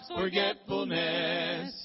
forgetfulness